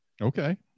Okay